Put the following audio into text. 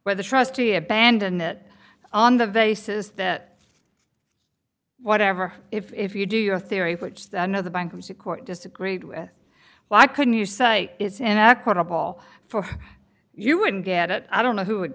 where the trustee abandoned that on the basis that whatever if you do your theory which the no the bankruptcy court disagreed with why couldn't you say it's an equitable for you wouldn't get it i don't know who would